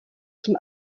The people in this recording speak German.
zum